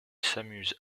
s’amusent